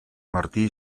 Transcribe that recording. martí